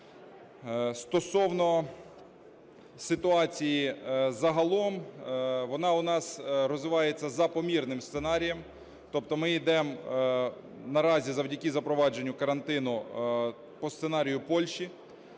Стосовно ситуації загалом, вона у нас розвивається за помірним сценарієм, тобто ми йдемо наразі, завдяки запровадженню карантину, по сценарію Польщі,